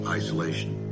isolation